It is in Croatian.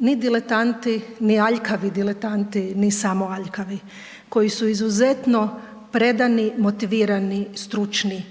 ni diletanti ni aljkavi diletanti ni samo aljkavi, koji su izuzetno predani, motivirani, stručni,